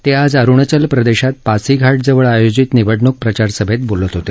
ते आज अरुणाचल प्रदेशात पासीघाटजवळ आयोजित निवडणूक प्रचारसभेत बोलत होते